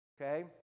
Okay